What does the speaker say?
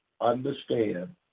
understand